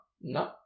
no